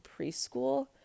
preschool